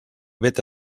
vet